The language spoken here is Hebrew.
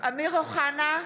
אמיר אוחנה,